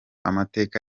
amateka